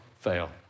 fail